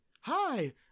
Hi